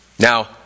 Now